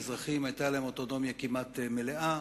לאזרחים היתה אוטונומיה כמעט מלאה,